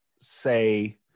say